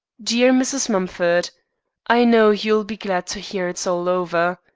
dear mrs. mumford i know you'll be glad to hear it's all over.